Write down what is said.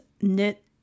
knit